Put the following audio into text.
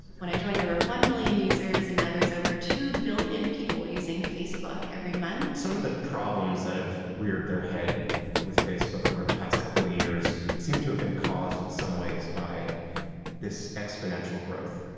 when i joined, there were one million users, and now there's over two billion people using facebook every month. jacoby some of the problems that have reared their head with facebook over the past couple of years seem to have been caused in some ways by this exponential growth.